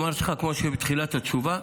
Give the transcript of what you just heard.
כמו שאמרתי לך בתחילת התשובה,